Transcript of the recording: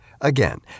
Again